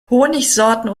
honigsorten